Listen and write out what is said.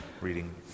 reading